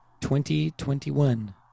2021